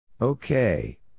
Okay